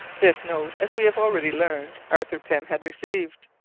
this note, as we have already learned, arthur pym had received.